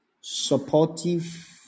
supportive